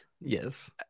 Yes